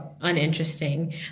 uninteresting